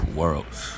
worlds